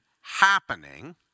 happening